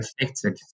affected